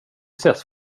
ses